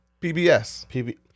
PBS